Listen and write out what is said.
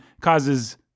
causes